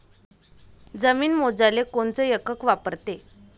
जमीन मोजाले कोनचं एकक वापरते?